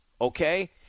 okay